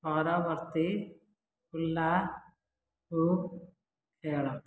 ପରବର୍ତ୍ତୀ hula hoop ଖେଳ